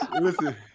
listen